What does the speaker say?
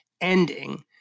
ending